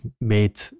made